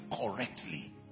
correctly